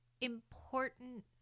important